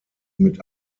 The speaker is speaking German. mit